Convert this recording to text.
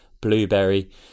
blueberry